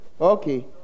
Okay